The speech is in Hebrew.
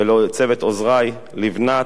ולצוות עוזרי: לבנת,